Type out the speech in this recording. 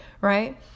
right